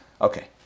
Okay